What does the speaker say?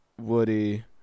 Woody